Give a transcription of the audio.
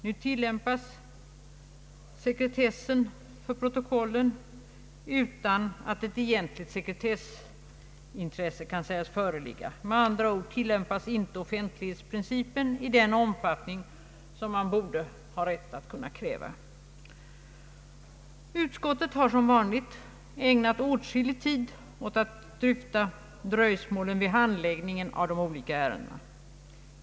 Nu tillämpas sekretessen för protokollen utan att ett egentligt sekretessintresse kan sägas föreligga. Med andra ord tillämpas inte offentlighetsprincipen i den omfattning som man borde ha rätt att kräva. Utskottet har som vanligt ägnat åtskillig tid åt att granska och dryfta dröjsmålen vid handläggningen av olika ärenden.